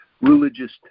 religious